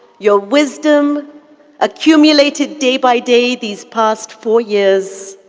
your wisdom accumulated day by day these past four years.